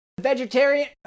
Vegetarian